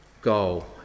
goal